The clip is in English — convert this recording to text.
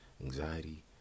anxiety